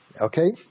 Okay